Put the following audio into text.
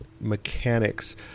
mechanics